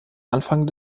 anfang